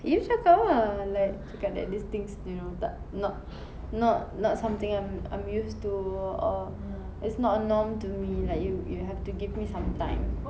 you cakap lah like cakap that these things you know tak not not not something I'm used to or or it's not a norm to me like you you have to give me some time